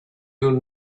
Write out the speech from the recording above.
you